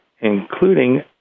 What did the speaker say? including